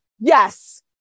Yes